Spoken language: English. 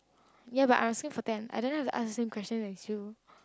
ya but I was still for them I don't know have to ask him question as you